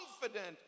confident